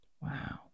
Wow